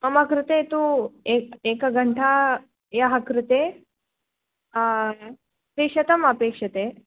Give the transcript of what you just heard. मम कृते तु एक् एकघण्टायाः कृते त्रिशतमपेक्षते